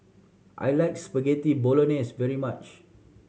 I like Spaghetti Bolognese very much